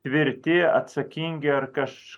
tvirti atsakingi ar kaž